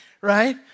right